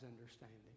understanding